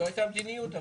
זו הייתה המדיניות.